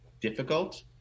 difficult